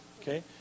Okay